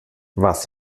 was